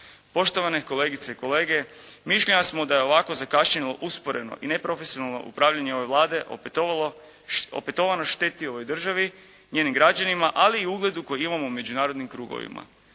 Poštovane kolegice i kolege, mišljenja smo da ovako zakašnjelo, usporeno i neprofesionalno upravljanje ove Vlade opetovano šteti ovoj državi, njenim građanima ali i ugledu koji imamo u međunarodnim krugovima.